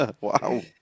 Wow